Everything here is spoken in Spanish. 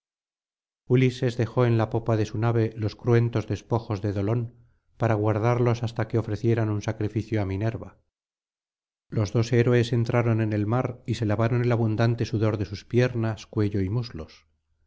ulises dejó en la popa de su nave los cruentos despojos de dolón para guardarlos hasta que ofrecieran un sacrificio á minerva los dos héroes entraron en el mar y se lavaron el abundante sudor de sus piernas cuello y muslos